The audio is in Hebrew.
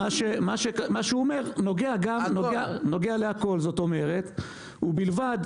מה שהוא אומר נוגע להכול, זאת אומרת ובלבד